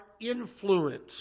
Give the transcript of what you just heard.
influence